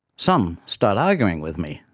some start arguing with me,